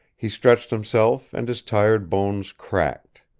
he stretched himself and his tired bones cracked.